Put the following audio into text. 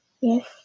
Yes